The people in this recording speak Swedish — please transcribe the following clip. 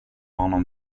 honom